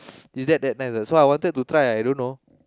is that that nice ah so I wanted to try I I don't know